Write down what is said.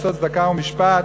לעשות צדקה ומשפט,